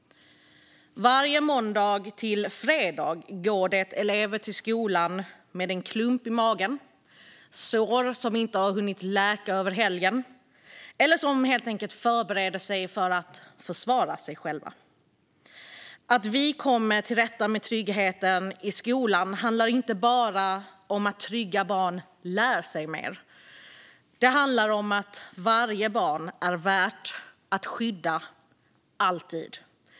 Varje måndag till fredag går elever till skolan med en klump i magen eller med sår som inte har hunnit läka över helgen. Vissa förbereder sig helt enkelt på att behöva försvara sig. Att vi kommer till rätta med tryggheten i skolan handlar inte bara om att trygga barn lär sig mer; det handlar om att varje barn är värt att skydda, alltid.